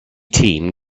team